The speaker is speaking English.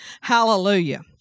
Hallelujah